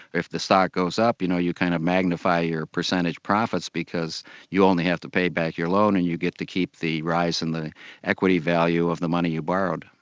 if the stock goes up, you know, you kind of magnify your percentage profits because you only have to pay back your loan and you get to keep the rise and the equity value of the money you borrowed.